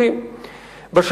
האפשריים.